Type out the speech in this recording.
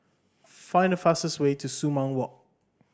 find the fastest way to Sumang Walk